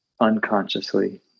unconsciously